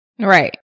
Right